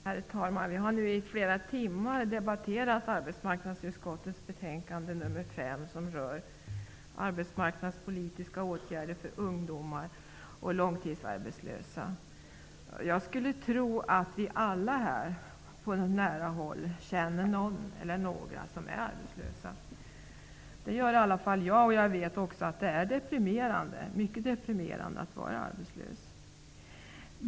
Herr talman! Vi har nu i flera timmar debatterat arbetsmarknadsutskottets betänkande AU5 som rör arbetsmarknadspolitiska åtgärder för ungdomar och långtidsarbetslösa. Jag tror att vi alla på nära håll känner någon eller några arbetslösa. Det gör i alla fall jag, och jag vet också att det är mycket deprimerande att vara arbetslös.